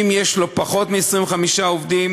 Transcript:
אם יש לו פחות מ-25 עובדים,